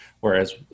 whereas